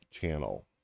channel